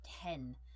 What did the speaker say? ten